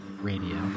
Radio